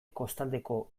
kostaldeko